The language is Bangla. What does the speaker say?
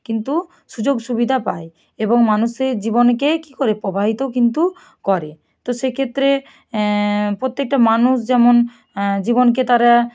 কিন্তু সুযোগ সুবিধা পায় এবং মানুষের জীবনকে কী করে প্রবাহিত কিন্তু করে তো সেক্ষেত্রে প্রত্যেকটা মানুষ যেমন জীবনকে তারা